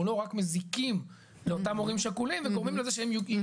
לא רק מזיקים לאותם ההורים השכולים וגורמים לזה שהם יהיו.